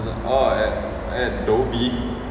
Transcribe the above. oh at dhoby